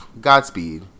Godspeed